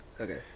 Okay